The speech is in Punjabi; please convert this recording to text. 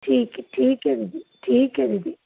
ਠੀਕ ਹੈ ਠੀਕ ਹੈ ਜੀ ਠੀਕ ਹੈ ਦੀਦੀ